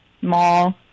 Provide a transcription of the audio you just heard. Mall